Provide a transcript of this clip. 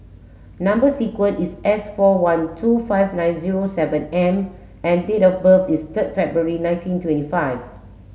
number sequence is S four one two five nine zero seven M and date of birth is third February nineteen twenty five